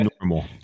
normal